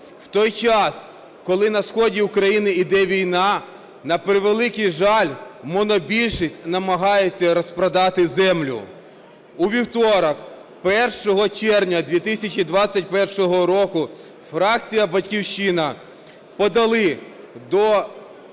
В той час, коли на сході України іде війна, на превеликий жаль, монобільшість намагається розпродати землю. У вівторок, 1 червня 2021 року, фракція "Батьківщина" подали до